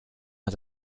had